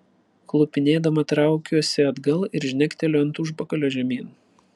klupinėdama traukiuosi atgal ir žnekteliu ant užpakalio žemyn